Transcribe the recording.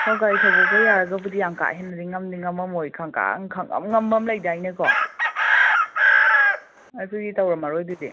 ꯍꯣ ꯒꯥꯔꯤ ꯊꯧꯒꯠꯄ ꯌꯥꯔꯒꯕꯨꯗꯤ ꯌꯥꯃ ꯀꯥ ꯍꯦꯟꯅꯗꯤ ꯉꯝꯗꯤ ꯉꯝꯃꯝꯃꯣꯏ ꯈꯪꯉꯝ ꯉꯝꯕ ꯑꯃ ꯂꯩꯗꯥꯏꯅꯦꯀꯣ ꯑꯗꯨꯗꯤ ꯇꯧꯔꯝꯃꯔꯣꯏ ꯑꯗꯨꯗꯤ